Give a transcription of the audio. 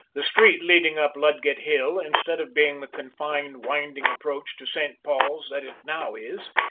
the street leading up ludgate hill, instead of being the confined, winding approach to st. paul's that it now is,